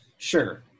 Sure